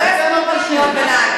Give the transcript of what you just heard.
אתם הפושעים.